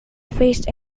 faced